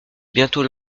bientôt